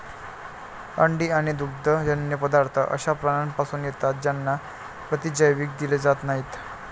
अंडी आणि दुग्धजन्य पदार्थ अशा प्राण्यांपासून येतात ज्यांना प्रतिजैविक दिले जात नाहीत